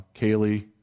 Kaylee